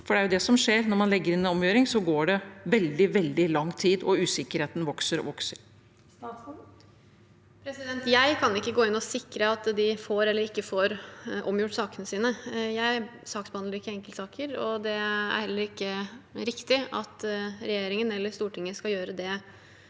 Det er det som skjer når man legger inn en omgjøringsanmodning: Det går veldig, veldig lang tid, og usikkerheten vokser og vokser. Statsråd Emilie Mehl Jeg kan ikke gå inn og sikre at de får eller ikke får omgjort sakene sine. Jeg saksbehandler ikke enkeltsaker, og det er heller ikke riktig at regjeringen eller Stortinget skal gjøre det.